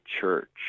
church